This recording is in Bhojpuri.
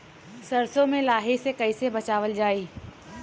सरसो में लाही से कईसे बचावल जाई?